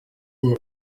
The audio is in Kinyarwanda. kuba